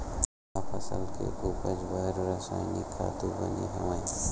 का फसल के उपज बर रासायनिक खातु बने हवय?